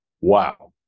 Wow